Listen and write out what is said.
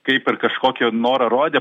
kaip ir kažkokį norą rodė